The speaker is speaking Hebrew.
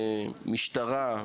משטרה,